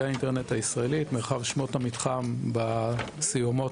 האינטרנט הישראלי: מרחב שמות המתחם בסיומות